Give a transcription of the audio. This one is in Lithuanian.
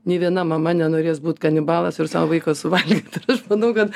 nei viena mama nenorės būt kanibalas ir savo vaiko suvalgyt ir aš manau kad